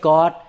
God